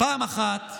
פעם אחת,